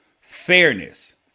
fairness